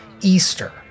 Easter